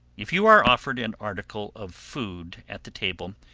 if you are offered an article of food at the table,